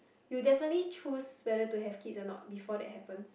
you will definitely choose whether to have kids or not before that happens